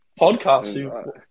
Podcast